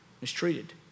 Mistreated